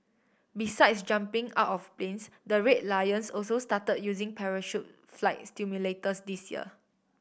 besides jumping out of planes the Red Lions also start using parachute flight simulators this year